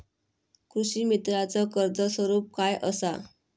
कृषीमित्राच कर्ज स्वरूप काय असा?